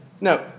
no